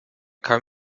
kam